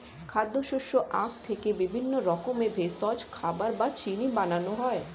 খাদ্য, শস্য, আখ থেকে বিভিন্ন রকমের ভেষজ, খাবার বা চিনি বানানো হয়